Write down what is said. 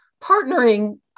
partnering